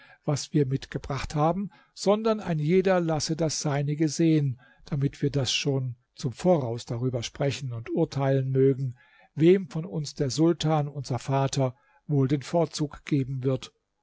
was wir mitgebracht haben sondern ein jeder lasse das seinige sehen damit wir schon zum voraus darüber sprechen und urteilen mögen wem von uns der sultan unser vater wohl den vorzug geben wird